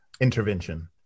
intervention